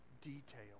detail